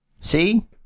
see